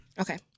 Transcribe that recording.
Okay